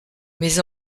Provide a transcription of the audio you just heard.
mes